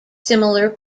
similar